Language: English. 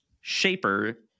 Shaper